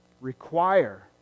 require